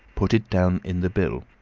put it down in the bill,